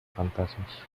fantasmas